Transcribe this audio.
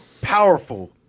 powerful